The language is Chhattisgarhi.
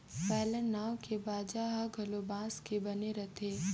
वायलन नांव के बाजा ह घलो बांस के बने रथे